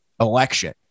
Election